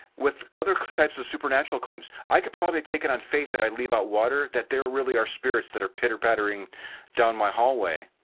with other types of supernatural claims i could probably take it on faith that i leave out water that there really are spirits that are pitter-pattering down my hallway.